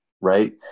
right